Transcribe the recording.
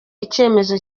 icyemezo